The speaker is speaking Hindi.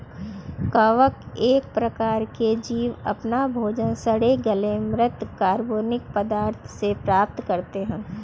कवक एक प्रकार के जीव अपना भोजन सड़े गले म्रृत कार्बनिक पदार्थों से प्राप्त करते हैं